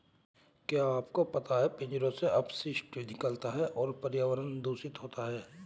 क्या आपको पता है पिंजरों से अपशिष्ट निकलता है तो पर्यावरण दूषित होता है?